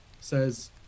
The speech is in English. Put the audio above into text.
says